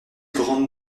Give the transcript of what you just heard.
grande